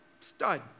Stud